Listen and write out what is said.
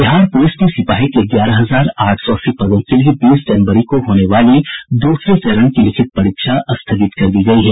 Bihar police में सिपाही के ग्यारह हजार आठ सौ अस्सी पदों के लिए बीस जनवरी को होने वाली दूसरे चरण की लिखित परीक्षा स्थगित कर दी गयी है